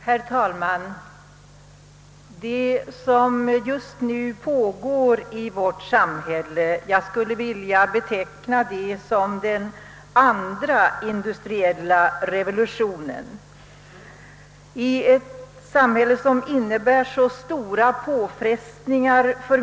Herr talman! Det som pågår i vårt samhälle just nu skulle jag vilja beteckna som en andra industriell revolution, som utsätter medborgarna för mycket stora påfrestningar.